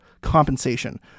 compensation